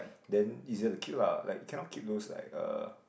then easier to keep lah like you cannot keep those like uh